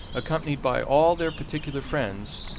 accompanied by all their particular friends,